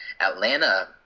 Atlanta